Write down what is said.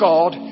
God